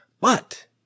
but-